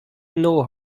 know